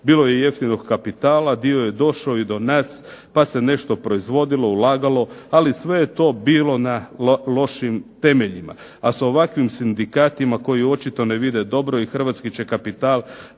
Bilo je jeftinog kapitala, dio je došao i do nas pa se nešto proizvodilo ulagalo ali sve je to bilo na lošim temeljima. A sa ovakvim sindikatima koji očito ne vide dobro i hrvatski će kapital